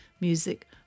music